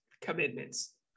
commitments